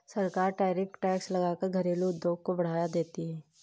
सरकार tariff tax लगा कर घरेलु उद्योग को बढ़ावा देती है